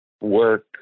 work